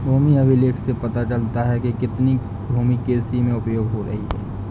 भूमि अभिलेख से पता चलता है कि कितनी भूमि कृषि में उपयोग हो रही है